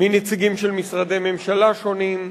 מנציגים של משרדי ממשלה שונים,